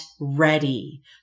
ready